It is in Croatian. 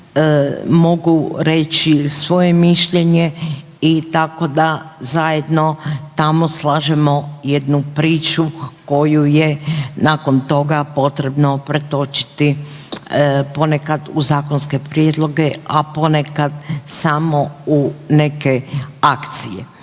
mogu reći i svoje mišljenje i tako da zajedno tamo slažemo jednu priču koju je nakon toga potrebno pretočiti ponekad u zakonske prijedloge, a ponekad samo u neke akcije.